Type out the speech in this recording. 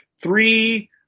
three –